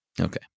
Okay